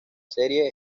serie